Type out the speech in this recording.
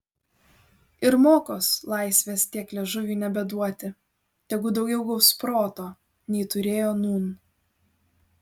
ir mokos laisvės tiek liežuviui nebeduoti tegu daugiau gaus proto nei turėjo nūn